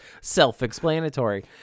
self-explanatory